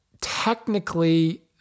Technically